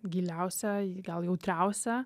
giliausia gal jautriausia